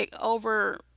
over